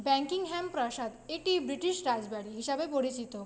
Buckingham প্রাসাদ এটি British রাজবাড়ি হিসাবে পরিচিত